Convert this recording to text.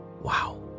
Wow